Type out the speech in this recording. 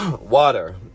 water